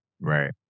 Right